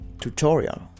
tutorial